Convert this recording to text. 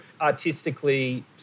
artistically